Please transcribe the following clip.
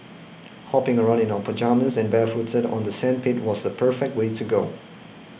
hopping around in our pyjamas and barefooted on the sandpit was the perfect way to go